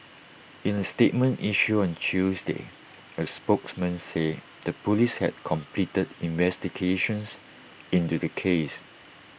in A statement issued on Tuesday A spokesman said the Police had completed investigations into the case